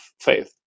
faith